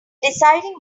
deciding